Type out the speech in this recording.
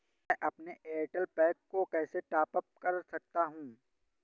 मैं अपने Airtel pack को कैसे टॉप अप कर सकता हूँ?